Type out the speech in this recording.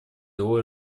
его